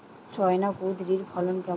China কুঁদরীর ফলন কেমন?